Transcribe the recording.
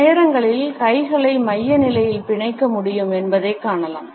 சில நேரங்களில் கைகளை மைய நிலையில் பிணைக்க முடியும் என்பதைக் காணலாம்